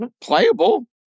playable